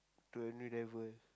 to a new level